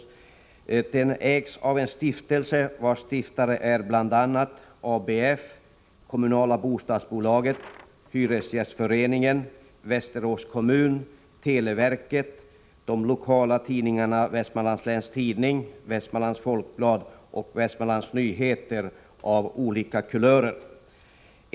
Västerås Vision ägs av en stiftelse, vars stiftare är bl.a. ABF, kommunala bostadsbolaget, Hyresgästföreningen, Västerås kommun, televerket, de lokala tidningarna Vestmanlands Läns Tidning, Västmanlands Folkblad och Västmanlands Nyheter av olika kulörer.